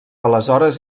aleshores